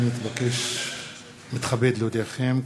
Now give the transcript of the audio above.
הנני מתכבד להודיעכם,